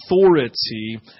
authority